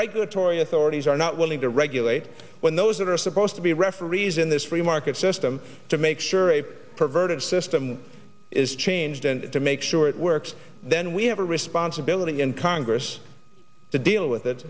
regulatory authorities are not willing to regulate when those that are supposed to be referees in this free market system to make sure a perverted system is changed and to make sure it works then we have a responsibility in congress to deal with it